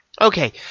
Okay